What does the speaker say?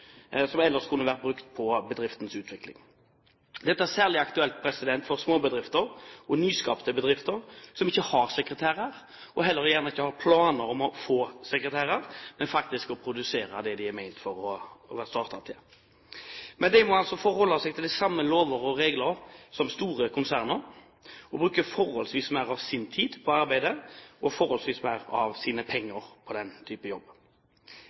som ellers kunne vært brukt på bedriftens utvikling. Dette er særlig aktuelt for småbedrifter og nyskapte bedrifter, som ikke har sekretærer og gjerne heller ikke har planer om å få sekretærer, men faktisk om å produsere det de er ment for og startet til. De må forholde seg til de samme lover og regler som store konserner, og de bruker forholdsvis mer av sin tid på arbeidet og forholdsvis mer av sine penger på den type jobb.